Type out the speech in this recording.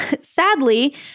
sadly